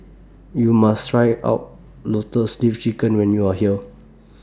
YOU must Try out Lotus Leaf Chicken when YOU Are here